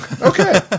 Okay